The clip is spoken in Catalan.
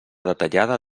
detallada